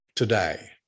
today